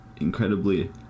incredibly